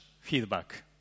feedback